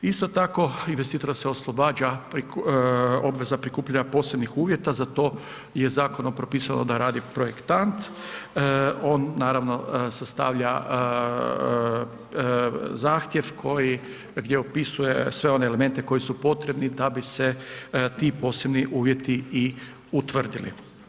Isto tako investitora se oslobađa obveza prikupljanja posebnih uvjeta za to je zakonom pripisano da radi projektant, on naravno sastavlja zahtjev koji, gdje opisuje one elemente koji su potrebni da bi se ti posebni uvjeti i utvrdili.